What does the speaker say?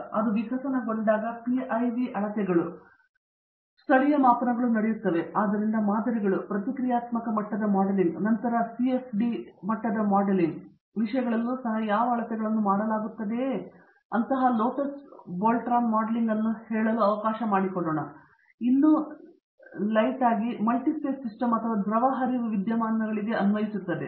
ಆದರೆ ಅದು ವಿಕಸನಗೊಂಡಾಗ PIV ಅಳತೆಗಳು ಸ್ಥಳೀಯ ಮಾಪನಗಳು ನಡೆಯುತ್ತಿವೆ ಆದ್ದರಿಂದ ಮಾದರಿಗಳು ಪ್ರತಿಕ್ರಿಯಾತ್ಮಕ ಮಟ್ಟದ ಮಾಡೆಲಿಂಗ್ ಮತ್ತು ನಂತರ CFD ಮಟ್ಟದ ಮಾಡೆಲಿಂಗ್ ವಿಷಯಗಳಲ್ಲೂ ಸಹ ಯಾವ ಅಳತೆಗಳನ್ನು ಮಾಡಲಾಗುತ್ತದೆಯೋ ಅಂತಹ ಲೋಟಸ್ ಬೋಲ್ಟ್ಜ್ಮಾನ್ ಮಾಡೆಲಿಂಗ್ ಅನ್ನು ಹೇಳಲು ಅವಕಾಶ ಮಾಡಿಕೊಡೋಣ ಆದರೆ ಇನ್ನೂ ಲೆಟ್ಗೆ ಮಲ್ಟಿಹೇಸ್ ಸಿಸ್ಟಮ್ ಅಥವಾ ದ್ರವ ಹರಿವು ವಿದ್ಯಮಾನಗಳಿಗೆ ಅನ್ವಯಿಸುತ್ತದೆ